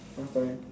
last time